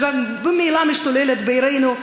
שממילא משתוללת בעירנו,